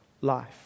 life